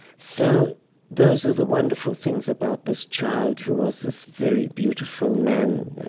so those are the wonderful things about this child who was this very beautiful man.